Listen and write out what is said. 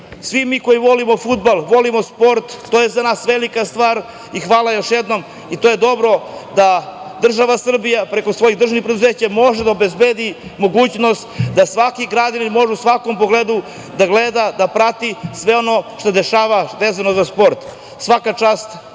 Svi mi koji volimo fudbal, volimo sport, to je za nas velika stvar. Hvala još jednom. To je dobro da država Srbija preko svojih državnih preduzeća može da obezbedi mogućnost da svaki građanin može u svakom pogledu da gleda, da prati sve ono što se dešava vezano za sport. Svaka čast.